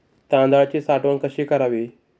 तांदळाची साठवण कशी करावी?